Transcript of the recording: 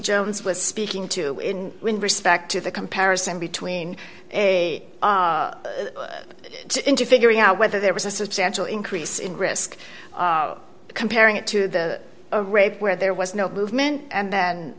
jones was speaking to in with respect to the comparison between a interfering out whether there was a substantial increase in risk of comparing it to the a rape where there was no movement and then